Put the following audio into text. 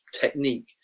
technique